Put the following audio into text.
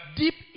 deep